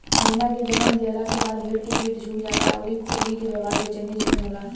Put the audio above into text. मेमना के जनम देहला के बाद भेड़ के पीठ झुक जाला अउरी ओकनी के व्यवहार बेचैनी जइसन होला